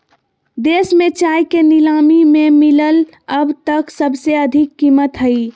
देश में चाय के नीलामी में मिलल अब तक सबसे अधिक कीमत हई